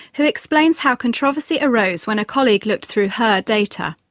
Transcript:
who explains how controversy arose when a colleague looked through her data.